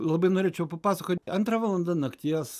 labai norėčiau papasakot antra valanda nakties